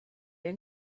ein